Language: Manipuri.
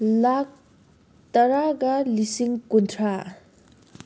ꯂꯥꯛ ꯇꯔꯥꯒ ꯂꯤꯁꯤꯡ ꯀꯨꯟꯊꯔꯥ